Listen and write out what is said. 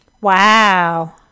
Wow